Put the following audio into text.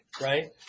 right